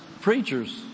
preachers